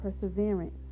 perseverance